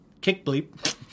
Kick-Bleep